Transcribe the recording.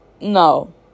No